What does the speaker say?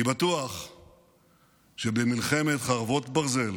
אני בטוח שבמלחמת חרבות ברזל